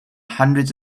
hundreds